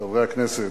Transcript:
חברי הכנסת,